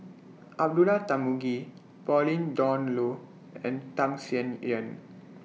Abdullah Tarmugi Pauline Dawn Loh and Tham Sien Yen